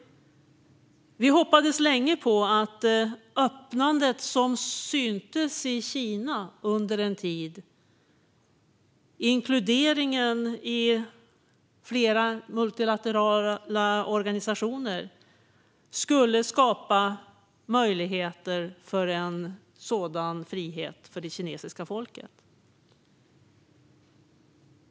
Vi hoppades länge på att öppnandet som syntes i Kina under en tid och inkluderingen i flera multilaterala organisationer skulle skapa möjligheter för en sådan frihet för det kinesiska folket.